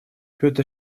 петр